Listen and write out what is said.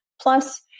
Plus